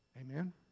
Amen